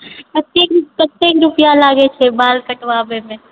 कते कते रुपैआ लागैत छै बाल कटबाबैमे